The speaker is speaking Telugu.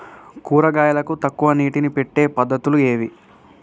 కూరగాయలకు తక్కువ నీటిని పెట్టే పద్దతులు ఏవి?